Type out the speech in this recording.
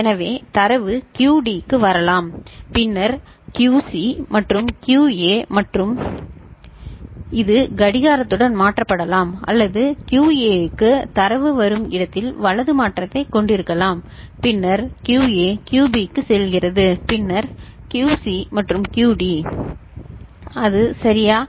எனவே தரவு QD க்கு வரலாம் பின்னர் QC QB மற்றும் QA இது கடிகாரத்துடன் மாற்றப்படலாம் அல்லது QA க்கு தரவு வரும் இடத்தில் வலது மாற்றத்தைக் கொண்டிருக்கலாம் பின்னர் QA QB க்குச் செல்கிறது பின்னர் QC மற்றும் QD அது சரியா